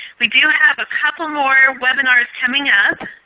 we do have a couple more webinars coming up.